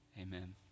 Amen